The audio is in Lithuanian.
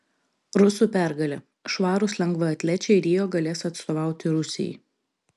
rusų pergalė švarūs lengvaatlečiai rio galės atstovauti rusijai